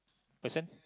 person